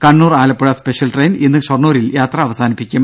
Kannur Alappuzha special train ഇന്ന് ഷൊർണ്ണൂരിൽ യാത്ര അവസാനിപ്പിക്കും